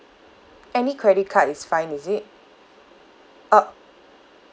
any credit card is fine is it oh